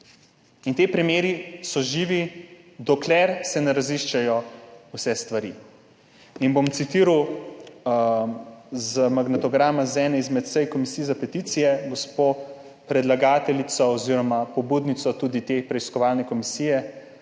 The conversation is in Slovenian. Ti primeri so živi, dokler se ne raziščejo vse stvari. Citiral bom iz magnetograma z ene izmed sej Komisije za peticije gospo predlagateljico oziroma tudi pobudnico te preiskovalne komisije,